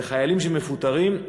חיילים שמפוטרים,